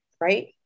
right